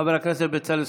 חבר הכנסת בצלאל סמוטריץ'